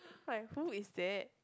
like who is that